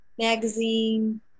magazine